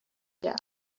down